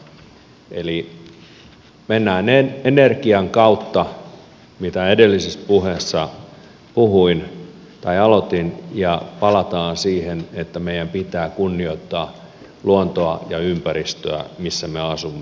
eli mennään energian kautta mistä edellisessä puheessani aloitin ja palataan siihen että meidän pitää kunnioittaa luontoa ja ympäristöä missä me asumme